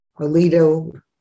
Alito